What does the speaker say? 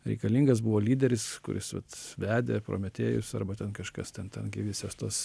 reikalingas buvo lyderis kuris vat vedė prometėjus arba ten kažkas ten ten gi visos tos